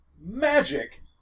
magic